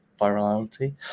virality